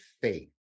faith